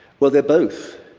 well they're both.